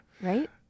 right